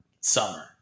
Summer